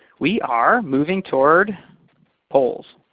we are moving toward polls.